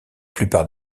plupart